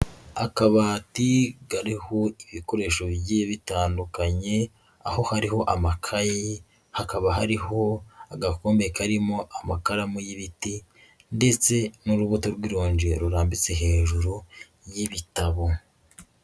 Akabati kariho ibikoresho bigiye bitandukanye, aho hariho amakayi, hakaba hariho agakombe karimo amakaramu y'ibiti ndetse n'urubuto rw'irogi rurambitse hejuru y'ibitabo.